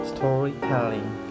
Storytelling